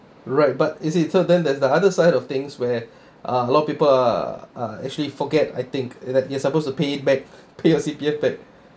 right but is it then there's the other side of things where uh a lot of people uh uh actually forget I think you are supposed to pay back pay your C_P_F back